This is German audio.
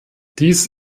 dies